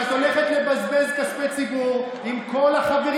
ואת הולכת לבזבז כספי ציבור עם כל החברים